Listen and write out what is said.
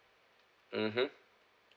mmhmm